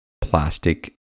plastic